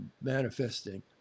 manifesting